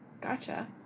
Gotcha